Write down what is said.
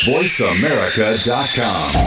VoiceAmerica.com